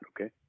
okay